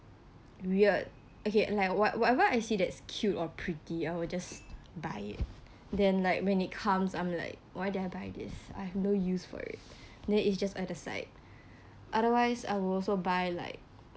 weird okay like what whatever I see there's cute or pretty I will just buy it then when like it comes i'm like why did I buy this I have no use for it then it's just at the side otherwise I would also buy like